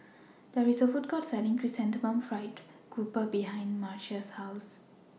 There IS A Food Court Selling Chrysanthemum Fried Grouper behind Marcia's House